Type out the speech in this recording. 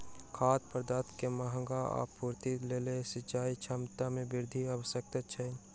खाद्य पदार्थ के मांगक आपूर्तिक लेल सिचाई क्षमता में वृद्धि आवश्यक छल